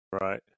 Right